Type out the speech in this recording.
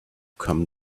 come